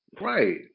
Right